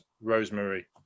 Rosemary